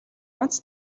онц